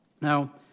Now